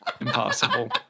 Impossible